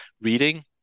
reading